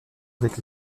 avec